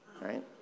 right